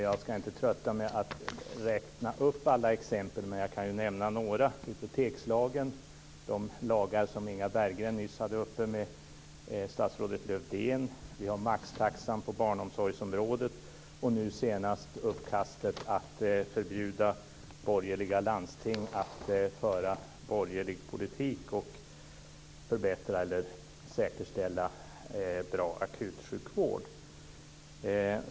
Jag ska inte trötta med att räkna upp alla exempel, men jag kan ju nämna några: bibliotekslagen, de lagar som Inga Berggren nyss hade uppe med statsrådet Lövdén, maxtaxan på barnomsorgsområdet och nu senast uppkastet att förbjuda borgerliga landsting att föra borgerlig politik och förbättra eller säkerställa bra akutsjukvård.